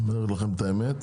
אני אומר לכם את האמת.